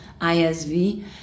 ISV